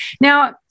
Now